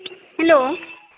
hello